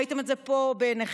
ראיתם את זה פה בעיניכם,